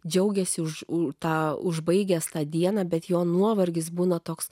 džiaugėsi už tą užbaigęs tą dieną bet jo nuovargis būna toks